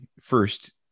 first